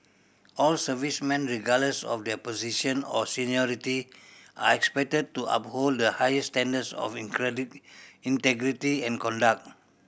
all servicemen regardless of their position or seniority are expected to uphold the highest standards of integrity and conduct